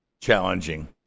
Challenging